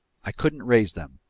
i couldn't raise them.